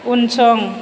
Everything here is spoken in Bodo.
उनसं